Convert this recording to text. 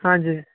आ जी